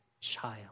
child